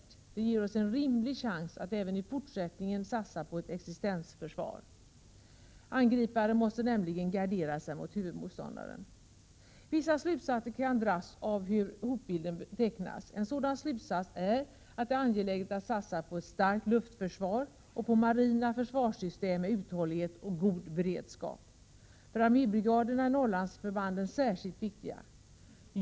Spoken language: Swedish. Dessa förhållanden ger oss en rimlig chans att även i fortsättningen satsa på ett existensförsvar. Angriparen måste nämligen samtidigt gardera sig mot huvudmotståndaren. Vissa slutsatser kan dras av hur hotbilden tecknas. En sådan slutsats är att det är angeläget för oss att satsa på ett starkt luftförsvar och på marina försvarssystem med uthållighet och god beredskap. För armébrigaderna är Norrlandsförbanden särskilt viktiga.